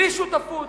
בלי שותפות,